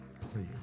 Please